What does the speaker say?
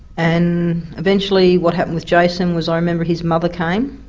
and eventually what happened with jason was i remember his mother came,